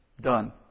Done